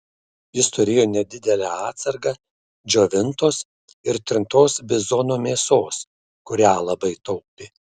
jis turėjo nedidelę atsargą džiovintos ir trintos bizono mėsos kurią labai taupė